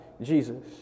Jesus